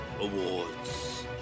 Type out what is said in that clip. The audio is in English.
awards